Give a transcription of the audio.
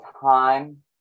time